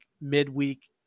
midweek